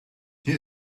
hier